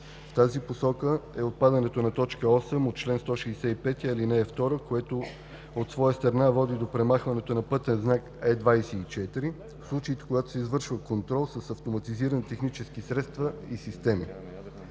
тази посока е отпадането на т. 8 от член 165, ал. 2, което от своя страна води до премахването на пътен знак Е24, в случаите, когато се извършва контрол с автоматизирани технически средства или системи.